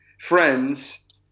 friends